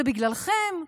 זה בגללכם,